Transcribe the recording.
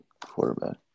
quarterback